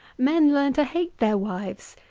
men learn to hale their wives,